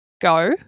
go